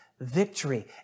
victory